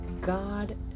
God